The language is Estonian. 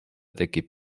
tekib